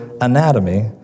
anatomy